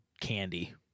candy